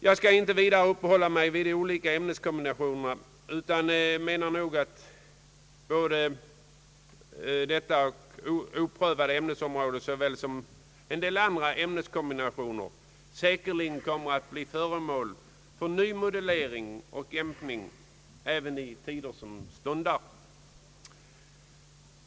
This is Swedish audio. Jag skall inte vidare uppehålla mig vid de olika ämneskombinationerna utan menar nog att såväl detta oprövade ämnesområde som en del andra ämneskombinationer säkerligen kommer att bli föremål för ny modellering och jämkning även i tider som stundar.